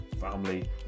family